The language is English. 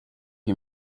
you